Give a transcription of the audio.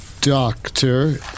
doctor